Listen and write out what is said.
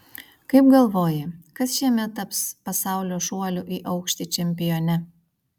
kaip galvoji kas šiemet taps pasaulio šuolių į aukštį čempione